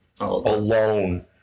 alone